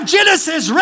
Genesis